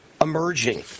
emerging